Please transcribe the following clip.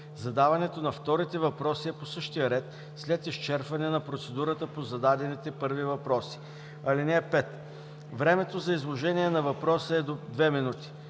Задаването на вторите въпроси е по същия ред след изчерпване на процедурата по зададените първи въпроси. (5) Времето за изложение на въпроса е до 2 минути.